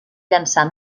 llençar